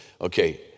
Okay